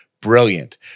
brilliant